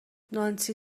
نانسی